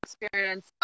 experience